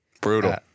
Brutal